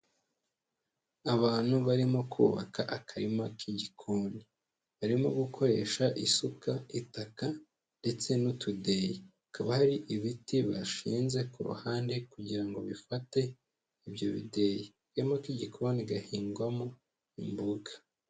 Abantu barimo kubaka akarima k'igikoni. Barimo gukoresha isuka, itaka ndetse n'utudeyi. Hakaba hari ibiti bashinze ku ruhande kugira ngo bifate ibyo bideyi. Akarima k'igikoni gahingwamo imboga.